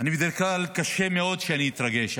בדרך כלל קשה מאוד שאני אתרגש,